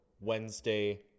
Wednesday